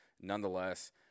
nonetheless